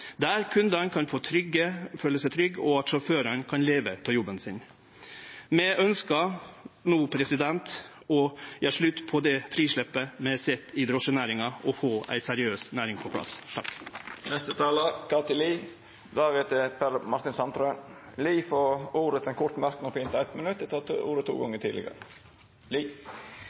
der kundane kan føle seg trygge og sjåførane kan leve av jobben sin. Vi ønskjer no å gjere slutt på det frisleppet vi har sett i drosjenæringa, og få ei seriøs næring på plass. Representanten Kathy Lie har hatt ordet to gonger tidlegare og får ordet til ein kort merknad, avgrensa til 1 minutt.